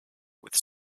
with